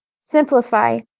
simplify